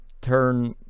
turn